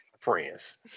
friends